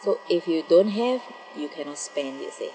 so if you don't have you cannot spend you see